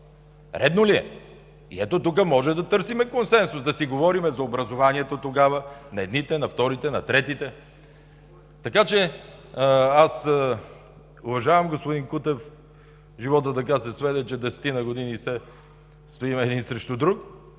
Редно ли е?! И ето тук може да търсим консенсус – да си говорим за образоването тогава – на едните, на вторите, на третите. Уважавам господин Кутев. Животът така се сведе, че десетина години все стоим един срещу друг